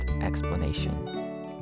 explanation